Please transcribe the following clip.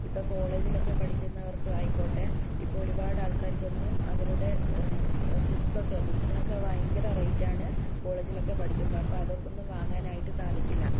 ഇപ്പോൾ കോളജില് ഒക്കെ പഠിക്കുവര്ക്ക് ആയിക്കോട്ടെ ഇപ്പം ഒരുപാട് ആള്ക്കാർക്കൊന്നും അവരുടെ ബുക്സ് ഒക്കെ ബുക്ക്സിനൊക്കെ ഭയങ്കര റേറ്റ് ആണ് കോളേജിലൊക്കെ പഠിക്കുമ്പം അപ്പോൾ അതൊക്കെ ഒന്നും വാങ്ങാനായിട്ട് സാധിക്കില്ല